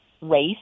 race